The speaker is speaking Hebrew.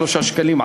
3 שקלים,